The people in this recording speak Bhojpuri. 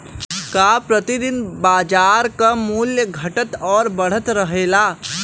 का प्रति दिन बाजार क मूल्य घटत और बढ़त रहेला?